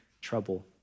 trouble